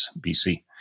BC